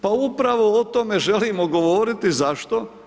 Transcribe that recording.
Pa upravo o tome želimo govoriti zašto?